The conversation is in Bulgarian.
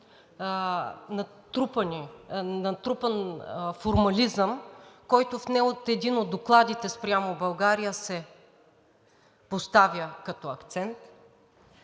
натрупан формализъм, който в не един от докладите спрямо България се поставя като акцент.